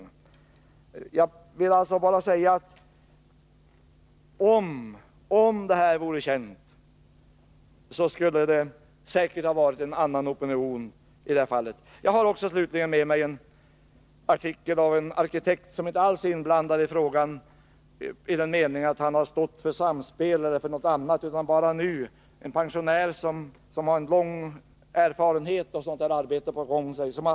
Vad jag vill säga är att om dessa fakta vore kända skulle opinionen säkert ha varit en annan i det här fallet. Slutligen vill jag också tala om att jag har med mig en artikel av en arkitekt som inte alls är inblandad i detta, t.ex. i den meningen att han står bakom förslaget Samspel e. d. Han är pensionär, och han har lång erfarenhet av sådant här arbete.